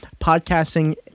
podcasting